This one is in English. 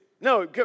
No